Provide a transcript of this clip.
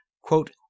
Quote